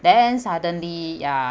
then suddenly ya